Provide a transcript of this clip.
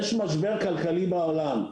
יש משבר כלכלי בעולם,